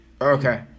Okay